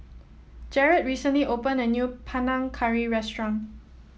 Jarred recently opened a new Panang Curry restaurant